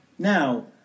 Now